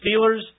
Steelers